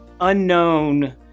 unknown